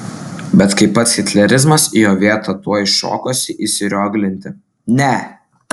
bet kai pats hitlerizmas į jo vietą tuoj šokosi įsirioglinti ne